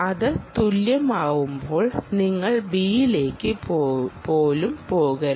അത് തുല്യമാവുമ്പോൾ നിങ്ങൾ Bയിലേക്ക് പോലും പോകരുത്